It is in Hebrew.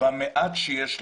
במעט שיש לנו.